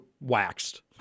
waxed